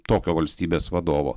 tokio valstybės vadovo